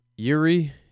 Yuri